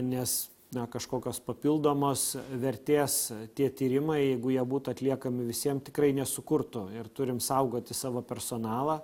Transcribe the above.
nes na kažkokios papildomos vertės tie tyrimai jeigu jie būtų atliekami visiem tikrai nesukurtų ir turim saugoti savo personalą